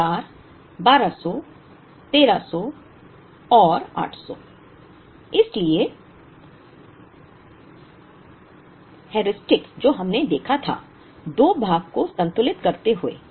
संदर्भ स्लाइड समय 0314 इसलिए हेयुरिस्टिक जो हमने देखा था दो भाग को संतुलित करते हुए